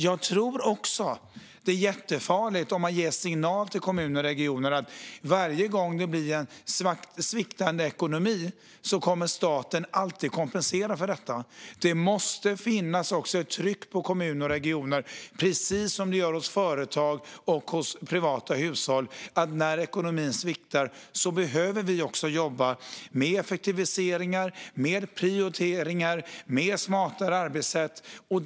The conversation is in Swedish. Jag tror dock att det är jättefarligt om man ger signalen till kommuner och regioner att staten kommer att kompensera varje gång ekonomin sviktar. Det måste finnas ett tryck på kommuner och regioner, precis som på företag och privata hushåll, om att man behöver jobba med effektiviseringar, prioriteringar och smartare arbetssätt när ekonomin sviktar.